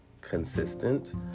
consistent